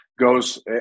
goes